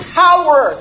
power